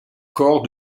corps